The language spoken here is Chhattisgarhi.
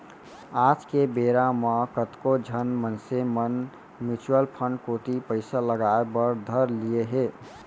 आज के बेरा म कतको झन मनसे मन म्युचुअल फंड कोती पइसा लगाय बर धर लिये हें